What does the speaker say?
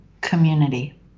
community